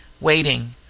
waiting